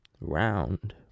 round